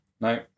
No